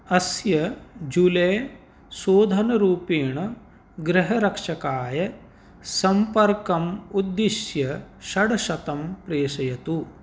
अस्य जूले शोधनरूपेण गृहरक्षणाय सम्पर्कम् उद्दिश्य षट्शतं प्रेषयतु